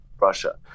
Russia